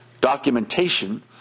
documentation